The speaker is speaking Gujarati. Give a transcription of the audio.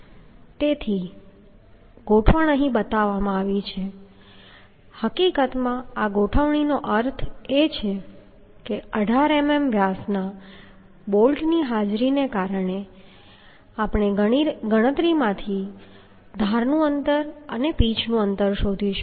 તેથી ગોઠવણ અહીં બતાવવામાં આવી છે હકીકતમાં આ ગોઠવણીનો અર્થ એ છે કે 18 મીમી વ્યાસના બોલ્ટની હાજરીને કારણે આપણે ગણતરીમાંથી ધારનું અંતર અને પીચનું અંતર શોધીશું